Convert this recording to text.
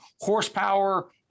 horsepower